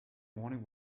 morning